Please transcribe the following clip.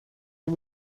and